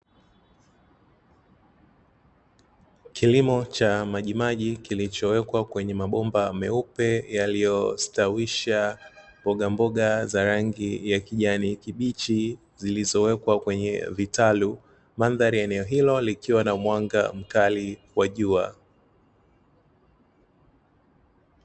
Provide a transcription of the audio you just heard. kilimo cha majimaji kilichowekwa kwenye mabomba meupe yaliyostawisha mboga mboga za rangi ya kijani kibichi zilizowekwa kwenye vitalu, mandhari ya eneo hilo likiwa na mwanga mkali wa jua.